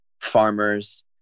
farmers